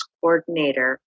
coordinator